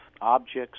objects